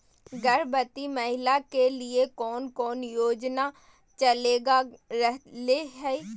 गर्भवती महिला के लिए कौन कौन योजना चलेगा रहले है?